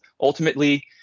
ultimately